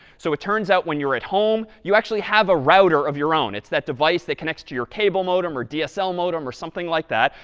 so it turns out when you're at home, you actually have a router of your own. it's that device that connects to your cable modem or dsl modem or something like that.